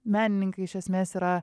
menininkai iš esmės yra